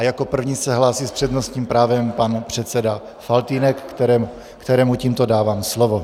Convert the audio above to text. Jako první se hlásí s přednostním právem pan předseda Faltýnek, kterému tímto dávám slovo.